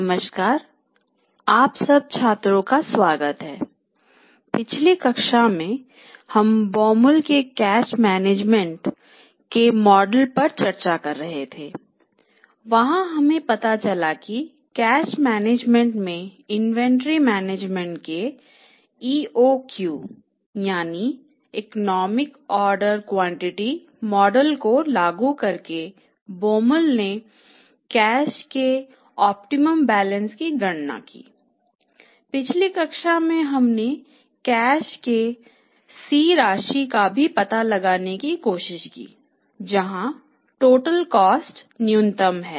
नमस्कारआप सब छात्रों का स्वागत है पिछली कक्षा में हम Baumol के कैश मैनेजमेंट न्यूनतम है